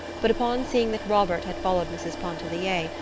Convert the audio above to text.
but upon seeing that robert had followed mrs. pontellier,